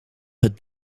het